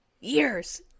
years